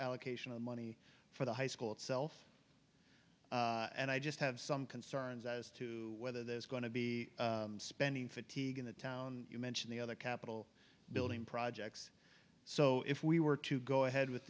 allocation of money for the high school itself and i just have some concerns as to whether there's going to be spending fatigue in the town you mentioned the other capital building projects so if we were to go ahead with